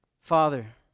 Father